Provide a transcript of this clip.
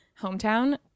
hometown